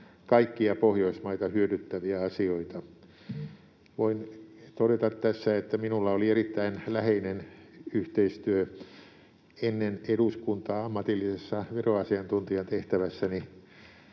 kaikkia Pohjoismaita hyödyttäviä asioita. Voin todeta tässä, että minulla oli ennen eduskuntaa ammatillisessa veroasiantuntijatehtävässäni